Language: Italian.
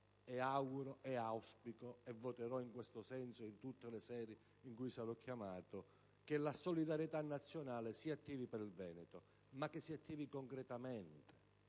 mi auguro e auspico, e voterò in questo senso, in tutte le sedi in cui sarò chiamato a farlo, che la solidarietà nazionale si attivi per il Veneto: ma che si attivi concretamente.